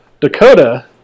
Dakota